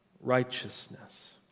righteousness